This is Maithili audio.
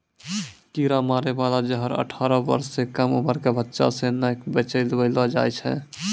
कीरा मारै बाला जहर अठारह बर्ष सँ कम उमर क बच्चा सें नै बेचबैलो जाय छै